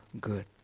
good